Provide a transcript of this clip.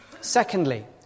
Secondly